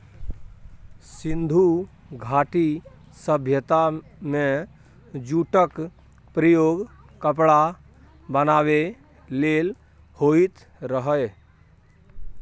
सिंधु घाटी सभ्यता मे जुटक प्रयोग कपड़ा बनाबै लेल होइत रहय